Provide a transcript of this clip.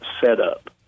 setup